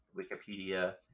Wikipedia